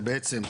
כאן.